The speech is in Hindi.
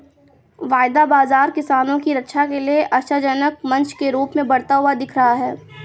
वायदा बाजार किसानों की रक्षा के लिए आशाजनक मंच के रूप में बढ़ता हुआ दिख रहा है